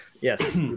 Yes